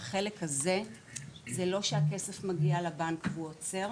זה לא שהכסף מגיע לבנק והוא עוצר,